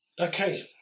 Okay